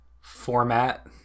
Format